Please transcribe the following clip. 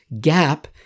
gap